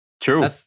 True